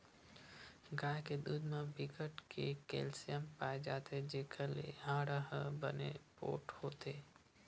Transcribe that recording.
गाय के दूद म बिकट के केल्सियम पाए जाथे जेखर ले हाड़ा ह बने पोठ होथे